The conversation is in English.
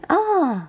ah